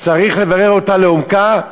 צריך לברר אותה לעומקה,